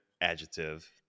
adjective